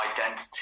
identity